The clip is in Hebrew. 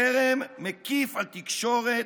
חרם מקיף על תקשורת,